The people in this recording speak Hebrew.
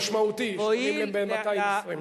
מועיל, זה משמעותי, בין 80,000 ל-220,000.